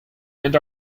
and